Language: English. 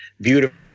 beautiful